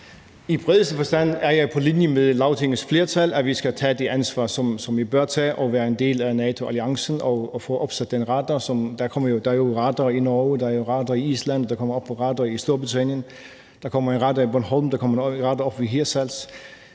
I bredeste forstand er jeg på linje med Lagtingets flertal, som mener, at vi skal tage det ansvar, som vi bør tage, og være en del af NATO-alliancen og få opsat den radar. Der er jo radar i Norge, og der er jo radar i Island. Der kommer også radar op i Storbritannien. Der kommer radar på Bornholm, der kommer også radar op i Hirtshals.